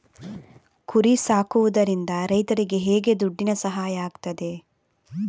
ಕುರಿ ಸಾಕುವುದರಿಂದ ರೈತರಿಗೆ ಹೇಗೆ ದುಡ್ಡಿನ ಸಹಾಯ ಆಗ್ತದೆ?